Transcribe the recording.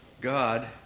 God